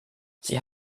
sie